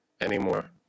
anymore